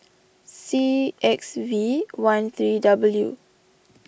C X V one three W